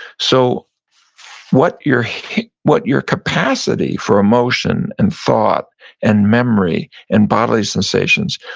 so what your what your capacity for emotion and thought and memory and bodily sensations,